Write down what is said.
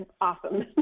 awesome